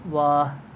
واہ